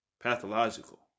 pathological